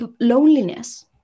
Loneliness